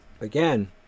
again